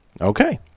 Okay